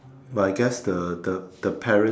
but I guess the the the parents